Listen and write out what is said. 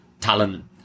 talent